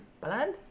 Blood